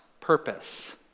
purpose